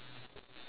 why not